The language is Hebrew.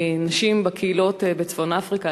נשים בקהילות בצפון-אפריקה,